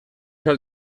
ser